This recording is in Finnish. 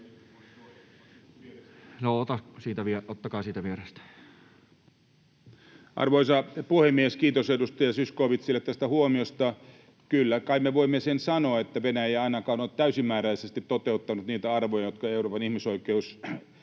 2021 Time: 17:12 Content: Arvoisa puhemies! Kiitos edustaja Zyskowiczille tästä huomiosta. Kyllä kai me voimme sen sanoa, että Venäjä ei ainakaan ole täysimääräisesti toteuttanut niitä arvoja, jotka Euroopan ihmisoikeussopimuksessa